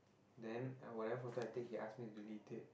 then whatever photo I take he ask me delete it